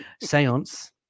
Seance